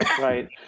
Right